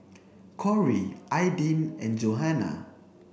Corry Aydin and Johanna